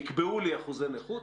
נקבעו לי אחוזי נכות,